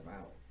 out